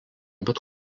bet